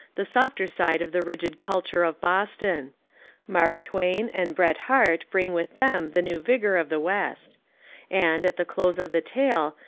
the softer side of the rigid culture of boston mark twain and bret harte bring with them the new vigour of the west and, at the close of the tale,